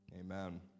Amen